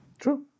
True